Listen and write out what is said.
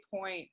point